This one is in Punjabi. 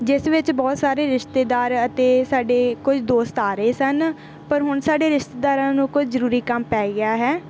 ਜਿਸ ਵਿੱਚ ਬਹੁਤ ਸਾਰੇ ਰਿਸ਼ਤੇਦਾਰ ਅਤੇ ਸਾਡੇ ਕੁਝ ਦੋਸਤ ਆ ਰਹੇ ਸਨ ਪਰ ਹੁਣ ਸਾਡੇ ਰਿਸ਼ਤੇਦਾਰਾਂ ਨੂੰ ਕੋਈ ਜ਼ਰੂਰੀ ਕੰਮ ਪੈ ਗਿਆ ਹੈ